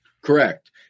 Correct